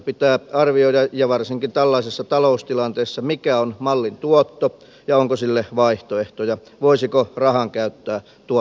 pitää arvioida ja varsinkin tällaisessa taloustilanteessa mikä on mallin tuotto ja onko sille vaihtoehtoja voisiko rahan käyttää tuottavammin